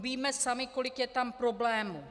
Víme sami, kolik je tam problémů.